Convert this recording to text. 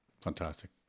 Fantastic